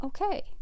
okay